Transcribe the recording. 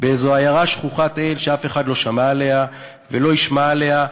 באיזו עיירה שכוחת אל שאף אחד לא שמע עליה ולא ישמע עליה,